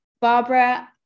Barbara